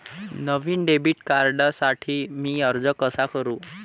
नवीन debit कार्डसाठी मी अर्ज कसा करू?